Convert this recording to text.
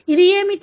ఇది ఏమిటి